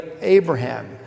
Abraham